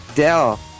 Dell